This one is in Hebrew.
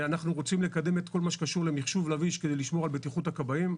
אנחנו רוצים לקדם את כל מה שקשור למחשוב כדי לשמור על בטיחות הכבאים.